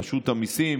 רשות המיסים,